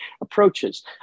approaches